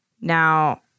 Now